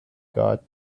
got